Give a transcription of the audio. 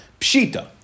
Pshita